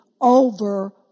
over